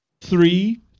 Three